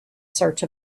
search